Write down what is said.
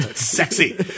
sexy